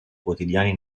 quotidiani